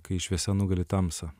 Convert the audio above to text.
kai šviesa nugali tamsą